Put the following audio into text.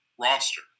roster